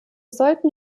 sollten